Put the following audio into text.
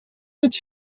its